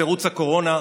בתירוץ הקורונה,